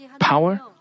power